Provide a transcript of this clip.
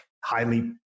highly